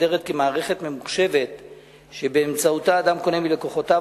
מוגדרת כמערכת ממוחשבת שבאמצעותה אדם קונה מלקוחותיו,